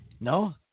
No